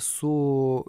su